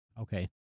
Okay